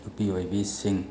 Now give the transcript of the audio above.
ꯅꯨꯄꯤ ꯑꯣꯏꯕꯤꯁꯤꯡ